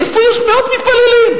איפה יש מאות מתפללים?